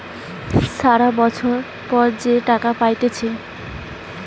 সারা বছর পর যে টাকা পাইতেছে